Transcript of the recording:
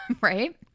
right